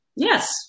Yes